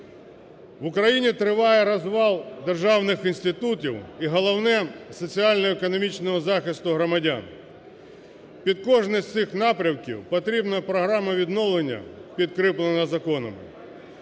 В Україні триває розвал державних інститутів, і головне – соціально-економічного захисту громадян. Під кожний з цих напрямків потрібна програма відновлення, підкріплена законом.